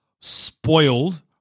spoiled